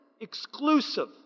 exclusive